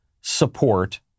support